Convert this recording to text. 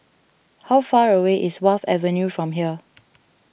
how far away is Wharf Avenue from here